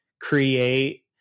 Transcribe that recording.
create